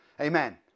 Amen